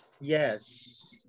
Yes